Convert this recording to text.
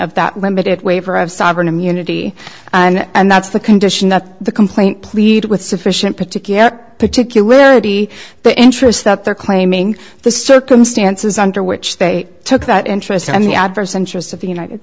of that limited waiver of sovereign immunity and that's the condition that the complaint plead with sufficient particular particularity the interest that they're claiming the circumstances under which they took that interest and the adverse interest of the united